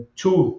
two